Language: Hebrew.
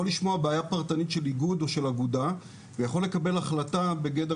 יכול לשמוע בעיה פרטנית של איגוד של האגודה ויכול לקבל החלטה בגדר